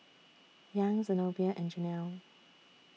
Young Zenobia and Jenelle